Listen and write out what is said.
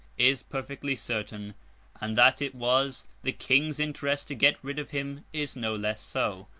is perfectly certain and that it was the king's interest to get rid of him, is no less so.